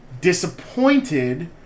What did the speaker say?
disappointed